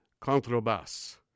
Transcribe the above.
contrabass